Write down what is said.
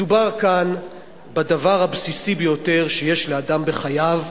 מדובר כאן בדבר הבסיסי ביותר שיש לאדם בחייו,